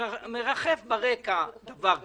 אלא מרחף ברקע דבר כזה,